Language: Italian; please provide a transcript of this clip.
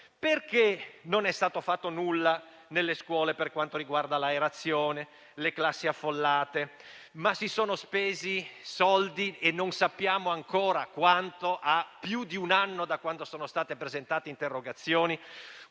Perché non è stato fatto nulla nelle scuole per quanto riguarda l'aerazione e le classi affollate, ma si sono spesi soldi - e non sappiamo ancora quanto, a più di un anno da quando sono state presentate le interrogazioni